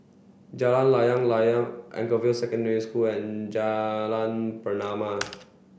Jalan Layang Layang Anchorvale Secondary School and Jalan Pernama